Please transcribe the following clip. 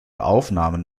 aufnahmen